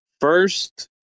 first